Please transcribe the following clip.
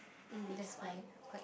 mm that's why quite